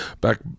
back